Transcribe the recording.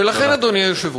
ולכן, אדוני היושב-ראש,